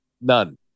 None